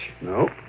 No